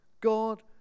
God